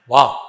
Wow